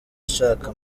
ishaka